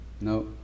No